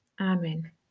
Amen